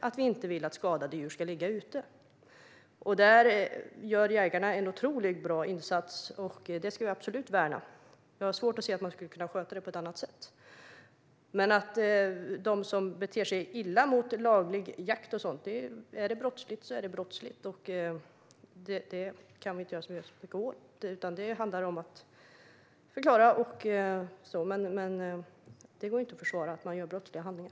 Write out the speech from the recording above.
Vi vill inte att skadade djur ska ligga ute. Där gör jägarna en otroligt bra insats, och det ska vi absolut värna. Jag har svårt att se att man skulle kunna sköta detta på ett annat sätt. När det gäller dem som beter sig illa mot laglig jakt vill jag säga: Är det brottsligt så är det brottsligt. Det kan vi inte göra så mycket åt, utan det handlar om att förklara och så vidare. Det går inte att försvara att någon begår brottsliga handlingar.